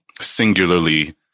singularly